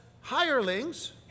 hirelings